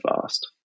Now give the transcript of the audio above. fast